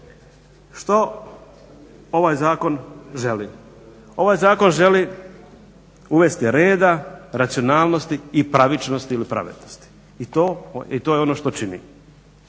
Što ovaj Zakon želi? Ovaj Zakon želi uvesti reda, racionalnosti i pravičnosti ili pravednosti i to je ono što čini.